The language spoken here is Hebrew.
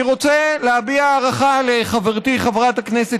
אני רוצה להביע הערכה לחברתי חברת הכנסת